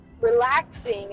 relaxing